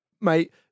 mate